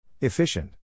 Efficient